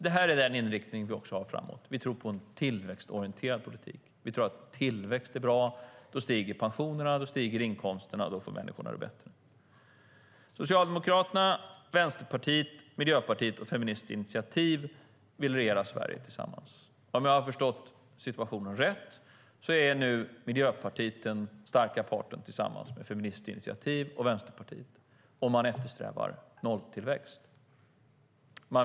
Det är den inriktning vi har även framöver. Vi tror på en tillväxtorienterad politik. Vi tror att tillväxt är bra. Då stiger pensionerna, då stiger inkomsterna och då får människorna det bättre. Socialdemokraterna, Vänsterpartiet, Miljöpartiet och Feministiskt initiativ vill regera Sverige tillsammans. Om jag har förstått situationen rätt är Miljöpartiet nu tillsammans med Feministiskt initiativ och Vänsterpartiet den starka parten, och de eftersträvar nolltillväxt.